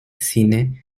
cine